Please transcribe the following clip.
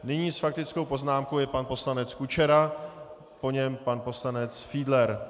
Nyní s faktickou poznámkou je pan poslanec Kučera, po něm pan poslanec Fiedler.